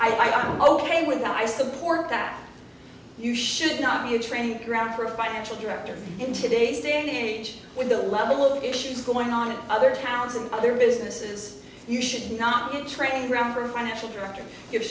that i'm ok with that i support that you should not be a training ground for a financial director in today's day and age with the level of issues going on in other towns and other businesses you should not be training ground for financial